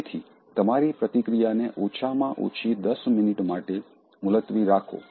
તેથી તમારી પ્રતિક્રિયાને ઓછામાં ઓછી ૧૦ મિનિટ માટે મુલતવી રાખો